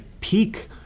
peak